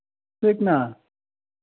कितना